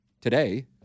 today